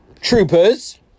Troopers